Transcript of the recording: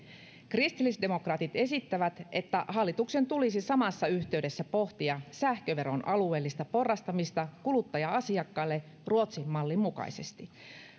kristillisdemokraatit esittävät että hallituksen tulisi samassa yhteydessä pohtia sähköveron alueellista porrastamista kuluttaja asiakkaille ruotsin mallin mukaisesti